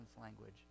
language